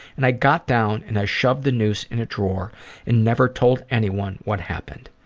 and i got down and i shoved the noose in a drawer and never told anyone what happened.